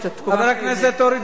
חברת הכנסת אורית זוארץ.